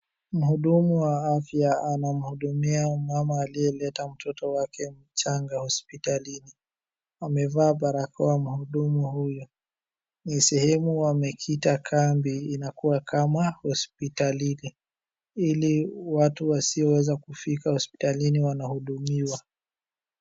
Mhudumu wa afya anamhudumia mama aliyeleta mtoto wake mchanga hospitalini. Amevaa barakoa mhudumu huyu. Ni sehemu wamekita kambi inakuwa kama hospitalini ili watu wasio weza kufika hospitalini wanahudumiwa.